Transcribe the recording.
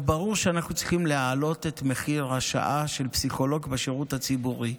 ברור שאנחנו צריכים להעלות את מחיר השעה של פסיכולוג בשירות הציבורי,